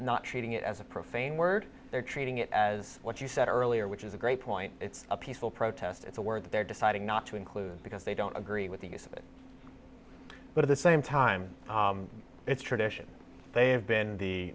not treating it as a profane word they're treating it as what you said earlier which is a great point it's a peaceful protest it's a word that they're deciding not to include because they don't agree with the use of it but at the same time it's tradition they have been the